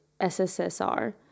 SSSR